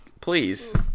please